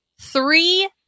three